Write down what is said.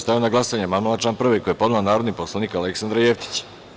Stavljam na glasanje amandman na član 2. koji je podnela narodni poslanik Aleksandra Jevtić.